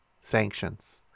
sanctions